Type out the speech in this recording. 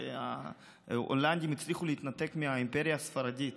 ההולנדים הצליחו להתנתק מהאימפריה הספרדית.